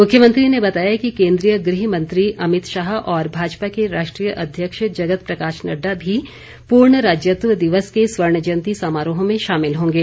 मुख्यमंत्री ने बताया कि केंद्रीय गृह मंत्री अमितशाह और भाजपा के राष्ट्रीय अध्यक्ष जगत प्रकाश नड़डा भी पूर्ण राज्यत्व दिवस के स्वर्ण जयंती समारोह में शामिल होंगे